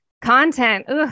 content